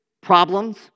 problems